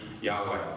Yahweh